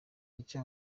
icyo